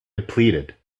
depleted